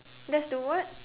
let's do what